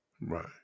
right